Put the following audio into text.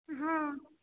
हँ